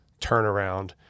turnaround